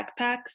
backpacks